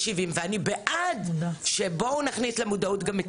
ואני בעד שבואו נכניס למודעות גם את